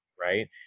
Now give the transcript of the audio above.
Right